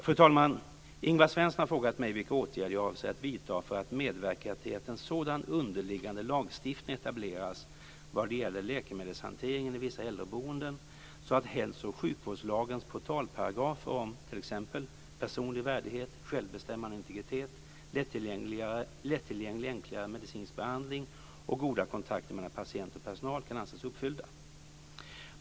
Fru talman! Ingvar Svensson har frågat mig vilka åtgärder jag avser att vidta för att medverka till att en sådan underliggande lagstiftning etableras vad gäller läkemedelshanteringen i vissa äldreboenden så att hälso och sjukvårdslagens portalparagrafer om t.ex. personlig värdighet, självbestämmande och integritet, lättillgänglig enklare medicinsk behandling och goda kontakter mellan patient och personal kan anses uppfyllda.